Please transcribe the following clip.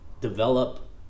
develop